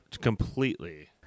Completely